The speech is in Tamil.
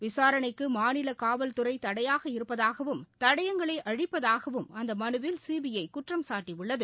விசாரணைக்கு மாநில காவல்துறை தடையாக இருப்பதாகவும் தடயங்களை அழிப்பதாகவும் அந்த மனுவில் சிபிஐ குற்றம்சாட்டியுள்ளது